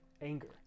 Anger